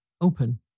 Open